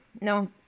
No